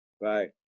Right